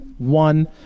one